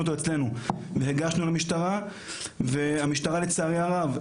אותו אצלנו והגשנו למשטרה והמשטרה לצערי הרב,